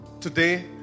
today